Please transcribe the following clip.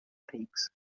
peaks